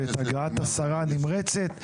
ואת הגעת השרה הנמרצת.